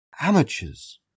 Amateurs